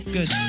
Good